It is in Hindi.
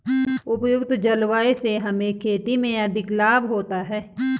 उपयुक्त जलवायु से हमें खेती में अधिक लाभ होता है